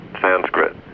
Sanskrit